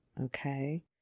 Okay